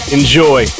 Enjoy